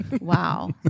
Wow